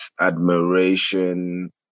admiration